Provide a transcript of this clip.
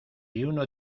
uno